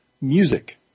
music